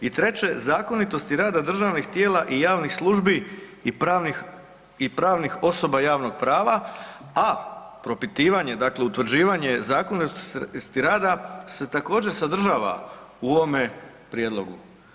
I treće, zakonitosti rada državnih tijela i javnih službi i pravnih osoba javnog prava, a propitivanje dakle utvrđivanje zakonitosti rada se također sadržava u ovome prijedlogu.